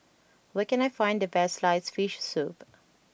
where can I find the best Sliced Fish Soup